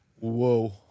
Whoa